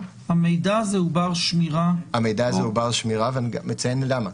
המידע הזה בר שמירה ואני אציין למה.